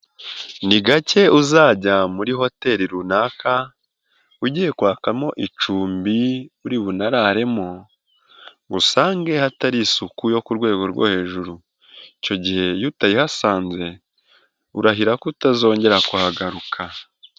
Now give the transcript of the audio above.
Ni gake uzajya muri hoteli runaka ugiye kwakamo icumbi uri bunararemo ngo usange hatari isuku yo ku rwego rwo hejuru, icyo gihe iyo utayihasanze urahira ko utazongera kuhagaruka.